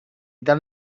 dal